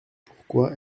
pourquoi